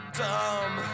dumb